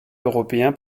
européen